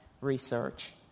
research